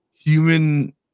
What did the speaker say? Human